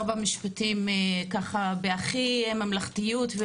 ארבע משפטים ככה בהכי ממלכתיות.